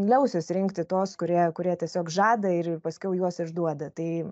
liausis rinkti tuos kurie kurie tiesiog žada ir paskiau juos išduoda tai